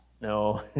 No